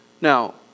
Now